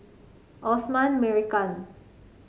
Osman Merican